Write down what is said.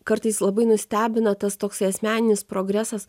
kartais labai nustebina tas toksai asmeninis progresas